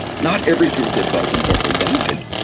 not every kid with their belt unbuckled died,